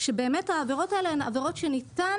שבאמת העבירות האלה הן עבירות שניתן